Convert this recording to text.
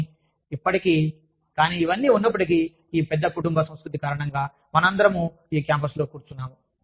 కానీ ఇప్పటికీ కానీ ఇవన్నీ ఉన్నప్పటికీ ఈ పెద్ద కుటుంబ సంస్కృతి కారణంగా మనమందరం ఈ క్యాంపస్లో కూర్చున్నాము